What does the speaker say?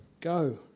Go